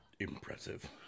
Impressive